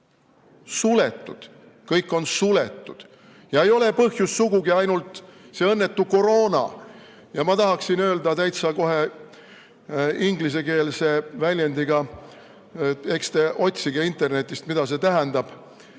Suletud. Kõik on suletud – ja ei ole põhjus sugugi ainult see õnnetu koroona. Ma tahaksin öelda täitsa kohe ingliskeelse väljendiga – eks te otsige internetist, mida see tähendab